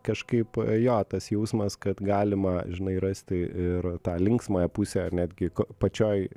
kažkaip jo tas jausmas kad galima žinai rasti ir tą linksmą pusę ar netgi pačioj